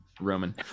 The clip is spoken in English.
roman